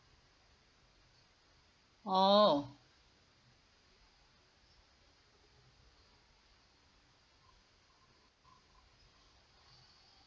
oh